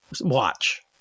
watch